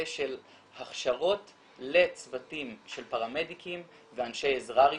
של הכשרות לצוותים של פרמדיקים ואנשי עזרה ראשונה,